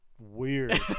weird